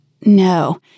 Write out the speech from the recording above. No